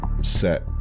set